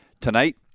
tonight